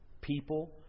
people